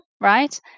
right